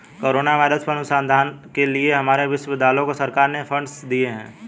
corona virus पर अनुसंधान के लिए हमारे विश्वविद्यालय को सरकार ने फंडस दिए हैं